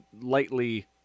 lightly